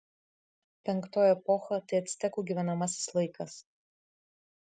penktoji epocha tai actekų gyvenamasis laikas